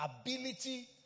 ability